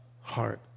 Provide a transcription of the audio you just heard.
heart